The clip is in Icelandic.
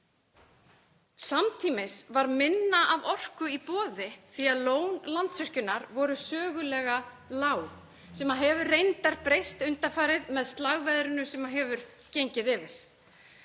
Samtímis var minna af orku í boði því að lón Landsvirkjunar voru sögulega lág, sem hefur reyndar breyst undanfarið með slagveðrinu sem hefur gengið yfir.